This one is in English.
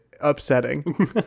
upsetting